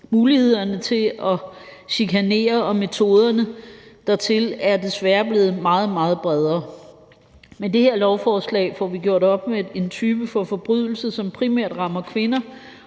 Mulighederne for at chikanere og metoderne dertil er desværre blevet meget, meget bredere. Med det her lovforslag får vi gjort op med en type forbrydelse, som primært rammer kvinder,